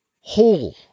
whole